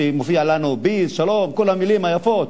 שמופיע לנו "peace", "שלום" וכל המלים היפות,